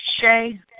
Shay